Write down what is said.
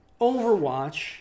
Overwatch